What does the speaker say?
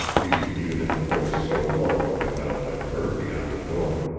he repeated in a voice so low it could not have been heard beyond the door.